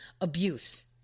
abuse